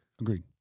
Agreed